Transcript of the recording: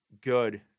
good